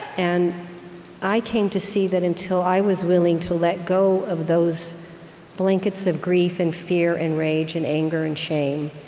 and i came to see that, until i was willing to let go of those blankets of grief and fear and rage and anger and shame,